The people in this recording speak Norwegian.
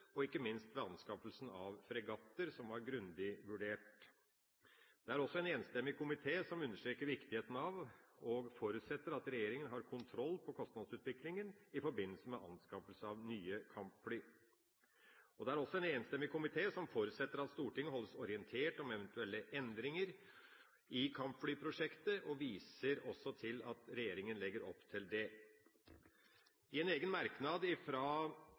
og ikke minst ved anskaffelsen av fregatter, som var grundig vurdert. Det er også en enstemmig komité som understreker viktigheten av og forutsetter at regjeringa har kontroll på kostnadsutviklinga i forbindelse med anskaffelse av nye kampfly. Det er også en enstemmig komité som forutsetter at Stortinget holdes orientert om eventuelle endringer i kampflyprosjektet, og viser også til at regjeringa legger opp til det. I en egen merknad